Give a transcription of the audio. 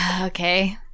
Okay